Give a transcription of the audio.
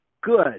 good